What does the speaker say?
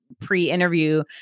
pre-interview